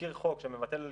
תזכיר חוק שמבטל את